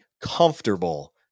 comfortable